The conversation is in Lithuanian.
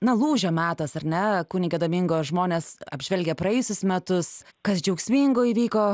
na lūžio metas ar ne kunige domingo žmonės apžvelgia praėjusius metus kas džiaugsmingo įvyko